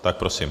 Tak prosím.